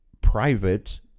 private